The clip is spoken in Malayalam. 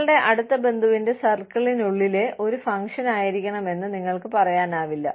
നിങ്ങളുടെ അടുത്ത ബന്ധുവിന്റെ സർക്കിളിനുള്ളിലെ ഒരു ഫംഗ്ഷൻ ആയിരിക്കണമെന്ന് നിങ്ങൾക്ക് പറയാനാവില്ല